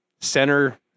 center